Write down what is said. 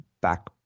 Back